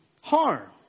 harm